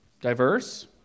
Diverse